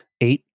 eight